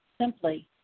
simply